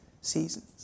seasons